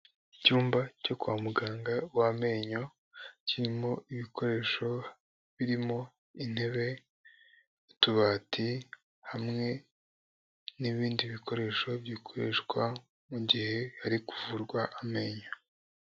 Icyumba cyo kwa muganga w'amenyo, kirimo ibikoresho birimo intebe, utubati hamwe n'ibindi bikoresho bikoreshwa mu gihe hari kuvurwa amenyo.